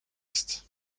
est